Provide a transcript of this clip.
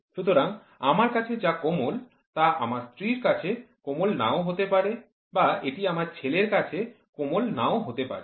সুতরাং আমার কাছে যা কোমল তা আমার স্ত্রীর কাছে কোমল নাও হতে পারে বা এটি আমার ছেলের কাছে কোমল নাও হতে পারে